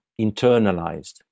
internalized